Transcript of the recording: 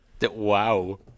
Wow